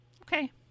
Okay